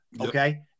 okay